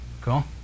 Cool